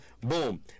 boom